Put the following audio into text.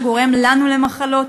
שגורם לנו למחלות,